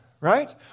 right